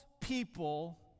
people